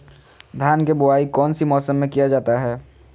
धान के बोआई कौन सी मौसम में किया जाता है?